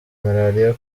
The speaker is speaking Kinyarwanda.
malaria